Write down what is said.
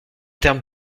termes